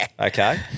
Okay